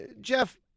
Jeff